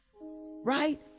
right